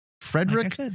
Frederick